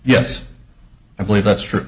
yes i believe that's true